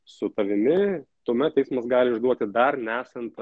su tavimi tuomet teismas gali išduoti dar nesant